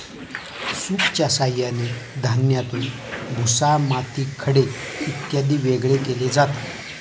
सूपच्या साहाय्याने धान्यातून भुसा, माती, खडे इत्यादी वेगळे केले जातात